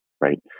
right